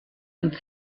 und